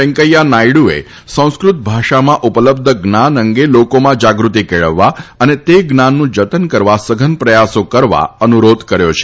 વેંકૈયા નાયડુએ સંસ્કૃત ભાષામાં ઉપલબ્ધ જ્ઞાન અંગે લોકોમાં જાગૃતિ કેળવવા તથા તે જ્ઞાનનું જતન કરવા સઘન પ્રયાસો કરવા અનુરોધ કર્યો છે